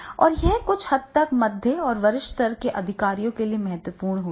और यह कुछ हद तक मध्य और वरिष्ठ स्तर के अधिकारियों के लिए भी महत्वपूर्ण है